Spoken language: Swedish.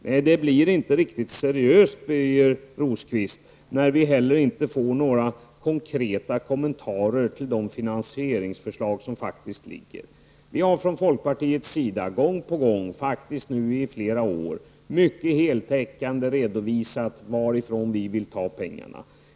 Nej, det blir inte riktigt seriöst, Birger Rosqvist, när vi heller inte får några konkreta kommentarer till de finansieringsförslag som faktiskt har lagts fram. Vi har från folkpartiets sida gång på gång i flera år heltäckande redovisat varifrån vi vill ta pengarna.